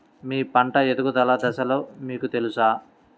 మీ పంట ఎదుగుదల దశలు మీకు తెలుసా?